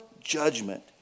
judgment